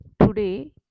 today